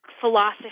philosophy